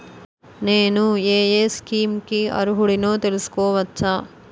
నేను యే యే స్కీమ్స్ కి అర్హుడినో తెలుసుకోవచ్చా?